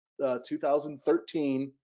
2013